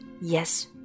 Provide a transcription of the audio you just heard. Yes